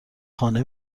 خانه